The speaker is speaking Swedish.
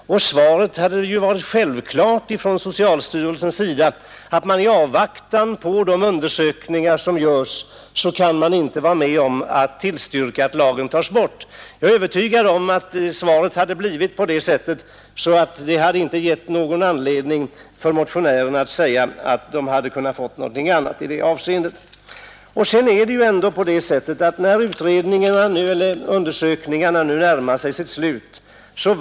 Socialstyrelsens svar hade självfallet — jag är övertygad om det — blivit att man i avvaktan på resultaten av dessa undersökningar inte vill tillstyrka att lagen upphävs. Detta ger alltså inte motionärerna anledning att säga att en remiss till socialstyrelsen hade lett till ett annat ställningstagande. Undersökningarna är nu snart slutförda.